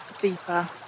deeper